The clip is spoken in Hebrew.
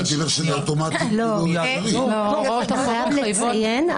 על פי חוק נתוני תקשורת, נתוני תקשורת מוגדרים אך